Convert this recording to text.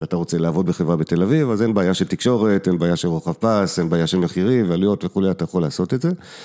אתה רוצה לעבוד בחברה בתל אביב, אז אין בעיה של תקשורת, אין בעיה של רוחב פס, אין בעיה של מחירים ועלויות וכולי, אתה יכול לעשות את זה.